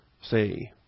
say